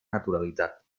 naturalitat